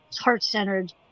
heart-centered